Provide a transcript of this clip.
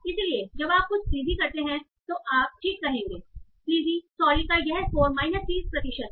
इसलिए जब आप कुछ स्लीज़ी करते हैं तो आप ठीक कहेंगे इसलिए स्लीज़ी सॉरी का यह स्कोर माइनस 30 प्रतिशत है